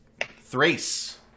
Thrace